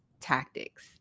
tactics